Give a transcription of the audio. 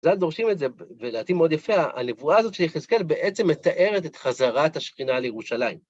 זאת דורשים את זה, ולעתיד מאוד יפה, הנבואה הזאת של יחזקאל בעצם מתארת את חזרת השכינה לירושלים.